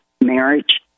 marriage